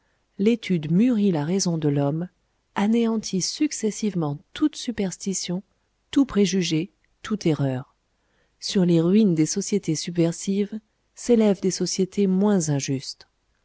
l'étude mûrit la raison de l'homme anéantit successivement toute superstition tout préjugé toute erreur sur les ruines des sociétés subversives s'élèvent des sociétés moins injustes